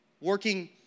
working